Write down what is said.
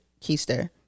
keister